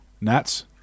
Nats